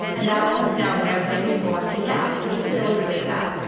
and that all comes down, like i was saying before, to gas. so just to illustrate that,